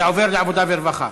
זה עובר לעבודה ורווחה.